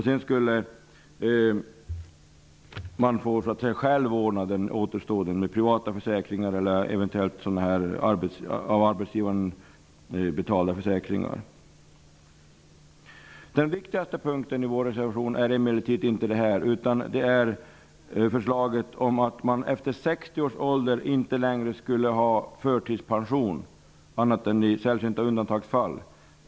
Sedan skulle var och en själv få ordna den återstående delen genom privata försäkringar eller eventuellt av arbetsgivaren betalda försäkringar. Den viktigaste punkten i vår reservation är emellertid inte detta utan förslaget om att man efter 60 års ålder inte längre skulle ha rätt till förtidspension annat än i sällsynta undantagsfall.